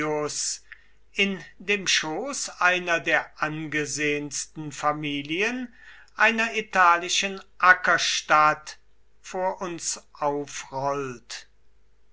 in dem schoß einer der angesehensten familien einer italischen ackerstadt vor uns aufrollt